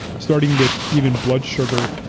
starting with even blood sugar.